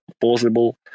possible